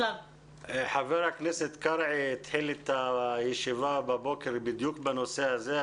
חבר הכנסת קרעי התחיל את הישיבה בבוקר בדיוק בנושא הזה.